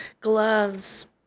gloves